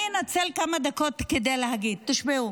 אני אנצל כמה דקות כדי להגיד, תשמעו